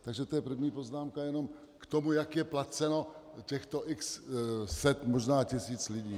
Takže to je první poznámka jenom k tomu, jak je placeno těchto x set, možná tisíc lidí.